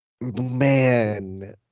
man